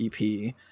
EP